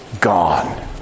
gone